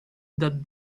that